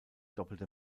doppelte